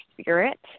spirit